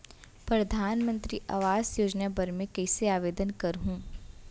परधानमंतरी आवास योजना बर मैं कइसे आवेदन करहूँ?